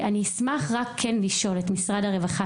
אני רק אשמח לשאול את משרד הרווחה,